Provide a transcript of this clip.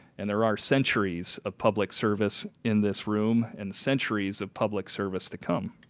and there are centuries of public service in this room and centuries of public service to come.